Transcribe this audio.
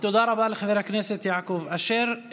תודה רבה לחבר הכנסת יעקב אשר.